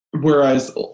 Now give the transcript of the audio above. whereas